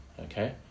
Okay